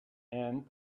and